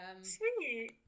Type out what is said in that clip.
Sweet